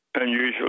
unusual